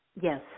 Yes